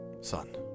son